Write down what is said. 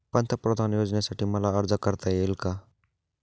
पंतप्रधान योजनेसाठी मला अर्ज करता येईल का?